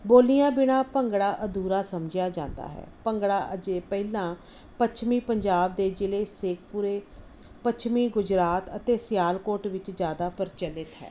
ਬੋਲੀਆਂ ਬਿਨਾਂ ਭੰਗੜਾ ਅਧੂਰਾ ਸਮਝਿਆ ਜਾਂਦਾ ਹੈ ਭੰਗੜਾ ਅਜੇ ਪਹਿਲਾਂ ਪੱਛਮੀ ਪੰਜਾਬ ਦੇ ਜ਼ਿਲ੍ਹੇ ਸ਼ੇਖਪੁਰੇ ਪੱਛਮੀ ਗੁਜਰਾਤ ਅਤੇ ਸਿਆਲਕੋਟ ਵਿੱਚ ਜ਼ਿਆਦਾ ਪ੍ਰਚਲਿਤ ਹੈ